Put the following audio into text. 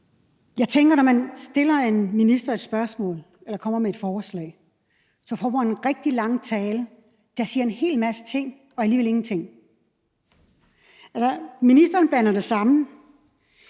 Jeg synes, at når man stiller en minister et spørgsmål eller kommer med et forslag, får man ofte en rigtig lang tale om en hel masse ting og alligevel ingenting. Ministeren blander det sammen.